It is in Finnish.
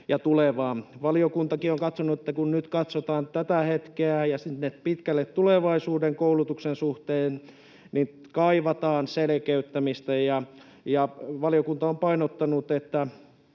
ja tulevaan. Valiokuntakin on katsonut, että kun nyt katsotaan tätä hetkeä ja sinne pitkälle tulevaisuuteen koulutuksen suhteen, niin kaivataan selkeyttämistä. Ja valiokunta on painottanut, että